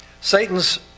Satan's